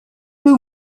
peu